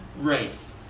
race